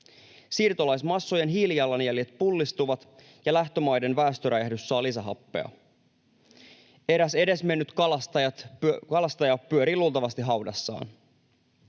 Siirtolaismassojen hiilijalanjäljet pullistuvat, ja lähtömaiden väestöräjähdys saa lisähappea. Eräs edesmennyt kalastaja pyörii luultavasti haudassaan.